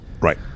right